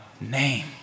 name